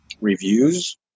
reviews